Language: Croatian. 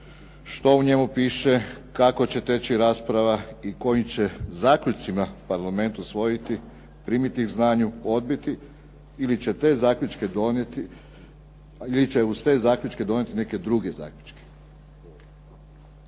što u njemu piše, kako će teći rasprava i kojim će zaključcima Parlament usvojiti, primiti k znanju, odbiti ili će uz te zaključke donijeti neke druge zaključke.